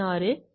7